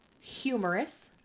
humorous